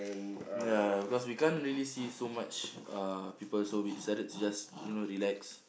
ya because we can't really see so much uh people so we decided to just you know relax